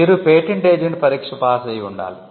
వీరు patent agent పరీక్ష pass అయి ఉండాలి